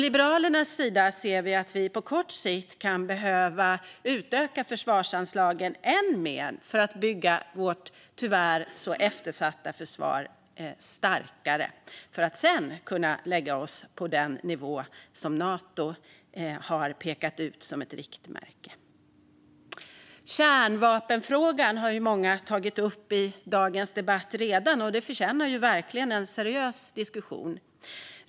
Liberalerna anser att vi på kort sikt kan behöva utöka försvarsanslagen ännu mer för att bygga vårt tyvärr eftersatta försvar starkare för att sedan kunna lägga oss på den nivå som Nato har pekat ut som ett riktmärke. Kärnvapenfrågan, som många redan har tagit upp i dagens debatt, förtjänar en seriös diskussion.